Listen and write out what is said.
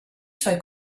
suoi